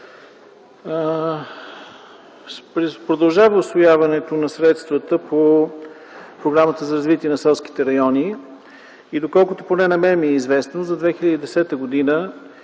Продължава усвояването на средствата по Програмата за развитие на селските райони и доколкото поне на мен ми е известно за 2010 г. са